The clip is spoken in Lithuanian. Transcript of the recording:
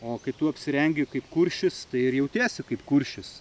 o kai tu apsirengi kaip kuršis tai ir jautiesi kaip kuršis